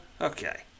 Okay